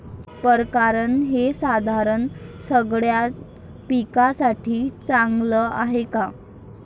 परकारं हे साधन सगळ्या पिकासाठी चांगलं हाये का?